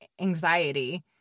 anxiety